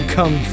Come